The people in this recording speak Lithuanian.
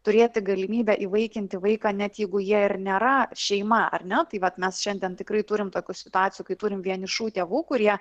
turėti galimybę įvaikinti vaiką net jeigu jie ir nėra šeima ar ne tai vat mes šiandien tikrai turim tokių situacijų kai turime vienišų tėvų kurie